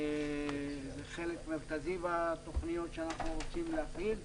זה חלק מרכזי בתוכניות שאנחנו רוצים להפעיל.